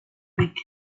week